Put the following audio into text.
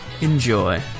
enjoy